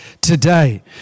today